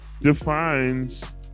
defines